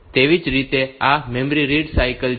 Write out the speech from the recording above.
તેવી જ રીતે આ મેમરી રીડ સાયકલ છે